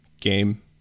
game